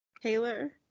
Taylor